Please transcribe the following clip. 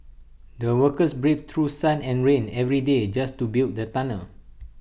the workers braved through sun and rain every day just to build the tunnel